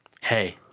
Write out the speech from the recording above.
Hey